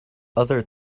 other